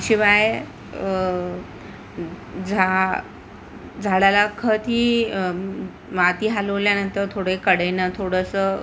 शिवाय झा झाडाला खत ही माती हालवल्यानंतर थोडे कडेनं थोडंसं